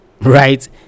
right